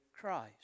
Christ